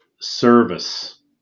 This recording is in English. service